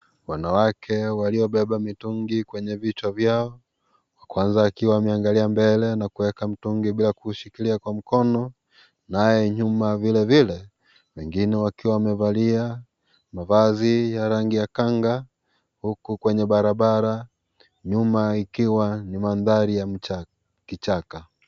Wanawake waliobeba mitungi kwenye vichwa vyao, wa kwanza akiwa akiwa ameangalia mbele na kuweka mtungi bila kushikilia Kwa mkono naye nyuma vilivile wengine wakiwa wamevalia mavazi ya rangi ya kanga huku kwenye barabara, nyuma ikiwa ni mandhari ya kichaka.